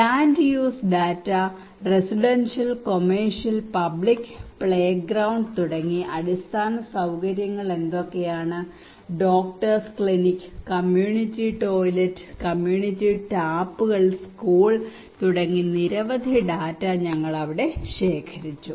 land use data residential commercial public playground തുടങ്ങി അടിസ്ഥാന സൌകര്യങ്ങൾ എന്തൊക്കെയാണ് doctors clinic community toilet community ടാപ്പുകൾ സ്കൂൾ തുടങ്ങി നിരവധി ഡാറ്റ ഞങ്ങൾ അവിടെ ശേഖരിച്ചു